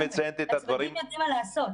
הצוותים יודעים מה לעשות.